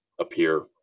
appear